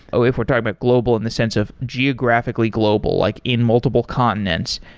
ah if we're talking but global in the sense of geographically global, like in multiple continents,